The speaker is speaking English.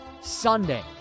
Sunday